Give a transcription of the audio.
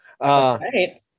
Right